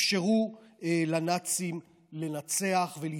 אפשרו לנאצים לנצח ולהתקדם.